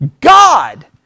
God